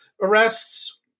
Arrests